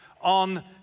on